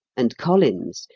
and collins,